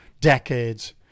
decades